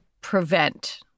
prevent